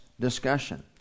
discussion